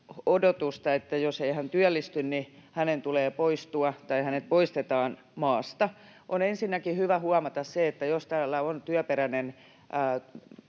odotusta, että jos ei hän työllisty, niin hänen tulee poistua tai hänet poistetaan maasta. On ensinnäkin hyvä huomata se, että jos täällä on työperäinen